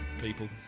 people